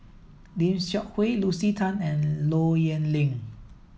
Lim Seok Hui Lucy Tan and Low Yen Ling